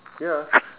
ya